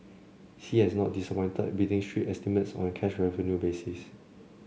sea has not disappointed beating street estimates on a cash revenue basis